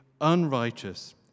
unrighteous